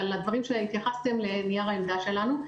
ועל הדברים שהתייחסתם אליהם בנייר העמדה שלנו.